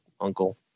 Uncle